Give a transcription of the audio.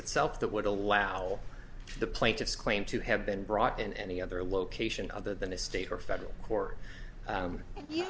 itself that would allow the plaintiffs claim to have been brought in any other location other than a state or federal court